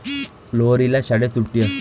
लोहरीला शाळेत सुट्टी असते